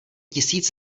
tisíc